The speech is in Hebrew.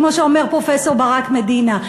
כמו שאומר פרופסור ברק מדינה,